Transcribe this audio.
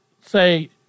say